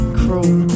cruel